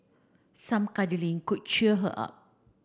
some cuddling could cheer her up